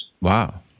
Wow